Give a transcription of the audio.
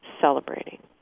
celebrating